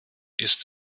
ist